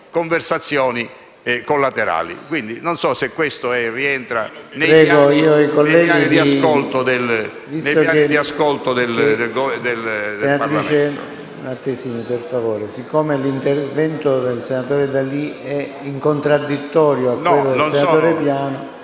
Non so se questo rientri nei piani di ascolto del Parlamento.